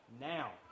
now